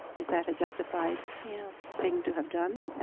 is that a justified yeah thing to have done?